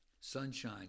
sunshine